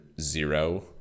zero